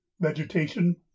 vegetation